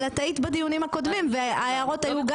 אבל את היית בדיונים הקודמים וההערות היו גם